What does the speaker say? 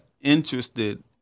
interested